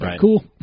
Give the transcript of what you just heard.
Cool